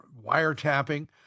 wiretapping